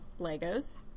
Legos